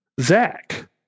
zach